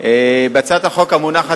(תיקון מס' 25). בהצעת החוק המונחת